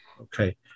Okay